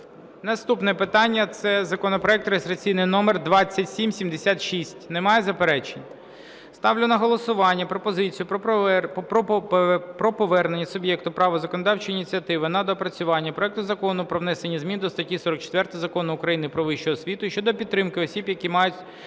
Наступне питання – це законопроект реєстраційний номер 2776. Немає заперечень? Ставлю на голосування пропозицію про повернення суб'єкту права законодавчої ініціативи на доопрацювання проекту Закону про внесення змін до статті 44 Закону України "Про вищу освіту" щодо підтримки осіб, які мають